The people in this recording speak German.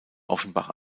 offenbach